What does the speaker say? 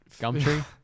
Gumtree